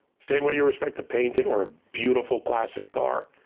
same way you respect a painting or a beautiful classic car,